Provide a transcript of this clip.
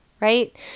right